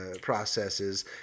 processes